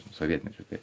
sovietmečiu tai